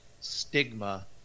stigma